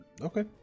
Okay